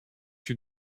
you